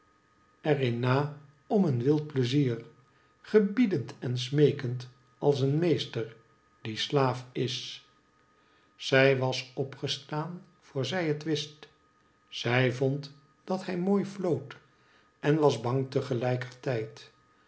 in na om een wild pleizier gebiedend en smeekend als een meester die slaaf is zij was opgestaan voor zij het wist zij vond dat hij mooi floot en was bang